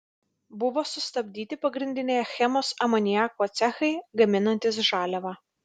buvo sustabdyti pagrindiniai achemos amoniako cechai gaminantys žaliavą